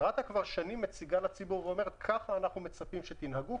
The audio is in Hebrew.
רת"א כבר שנים מציגה לציבור ואומרת: ככה אנחנו מצפים שתנהגו,